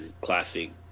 classic